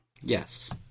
Yes